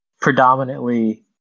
predominantly